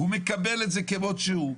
הוא מקבל את זה כמות שהוא.